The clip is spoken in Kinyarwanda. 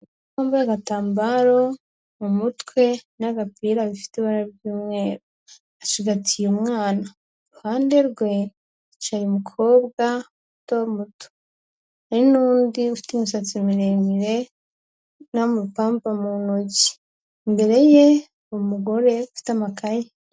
Umukobwa wambaye agatambaro mu mutwe n'agapira bifite ibara ry'umweru. Acigatiye umwana. Iruhande rwe hicaye umukobwa muto muto. Hari n'undi ufite imusatsi miremire n'amapamba mu ntoki. Imbere ye hari umugore ufite amakaye.